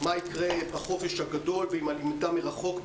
מה יקרה בחופש הגדול עם הלמידה מרחוק?